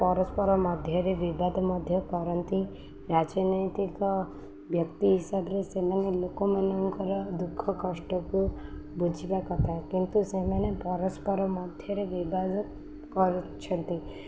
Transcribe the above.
ପରସ୍ପର ମଧ୍ୟରେ ବିବାଦ ମଧ୍ୟ କରନ୍ତି ରାଜନୈତିକ ବ୍ୟକ୍ତି ହିସାବରେ ସେମାନେ ଲୋକମାନଙ୍କର ଦୁଃଖ କଷ୍ଟକୁ ବୁଝିବା କଥା କିନ୍ତୁ ସେମାନେ ପରସ୍ପର ମଧ୍ୟରେ ବିବାଦ କରୁଛନ୍ତି